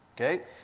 Okay